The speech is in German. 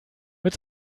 mit